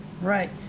right